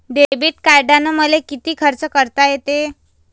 Debit कार्डानं मले किती खर्च करता येते?